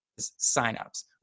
signups